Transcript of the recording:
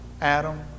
Adam